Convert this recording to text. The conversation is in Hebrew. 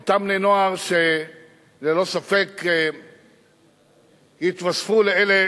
אותם בני-נוער שללא ספק התווספו לאלה